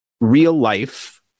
real-life